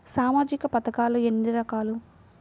సామాజిక పథకాలు ఎన్ని రకాలు?